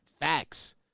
Facts